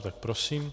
Tak prosím.